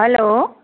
hello